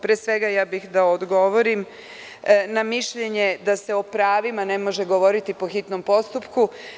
Pre svega, ja bih da odgovorim na mišljenje da se o pravima ne može govoriti po hitnom postupku.